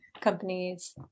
companies